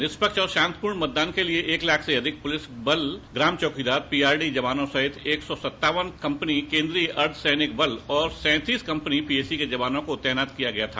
स्वतंत्र और शांतिपूर्ण मतदान के लिये एक लाख से अधिक पुलिस बल ग्राम चौकीदार पीआरडी जवानों सहित एक सौ सत्तावन कम्पनी केन्द्रीय अर्द्ध सैनिक बल और सैंतीस कम्पनी पीएसी के जवानों को तैनात किया गया था